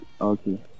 Okay